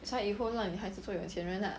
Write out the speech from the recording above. that's why 以后让你孩子做有钱人 ah